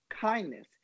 kindness